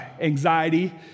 anxiety